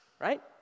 right